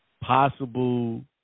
possible